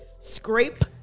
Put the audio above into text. Scrape